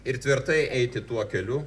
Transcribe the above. ir tvirtai eiti tuo keliu